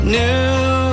new